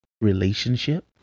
relationship